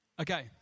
Okay